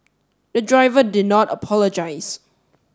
the driver did not apologise